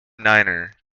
niner